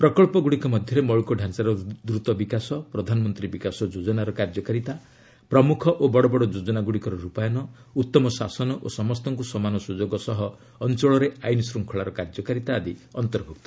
ପ୍ରକଳ୍ପଗୁଡ଼ିକ ମଧ୍ୟରେ ମୌଳିକଚାଞାର ଦ୍ରତ ବିକାଶ ପ୍ରଧାନମନ୍ତ୍ରୀ ବିକାଶ ଯୋଜନାର କାର୍ଯ୍ୟକାରିତା ପ୍ରମୁଖ ଓ ବଡ଼ ବଡ଼ ଯୋଜନାଗୁଡ଼ିକର ରୂପାୟନ ଉତ୍ତମ ଶାସନ ଓ ସମସ୍ତଙ୍କୁ ସମାନ ସୁଯୋଗ ସହ ଅଞ୍ଚଳରେ ଆଇନ ଶୃଙ୍ଖଳାର କାର୍ଯ୍ୟକାରିତା ଆଦି ଅନ୍ତର୍ଭୁକ୍ତ